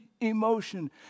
emotion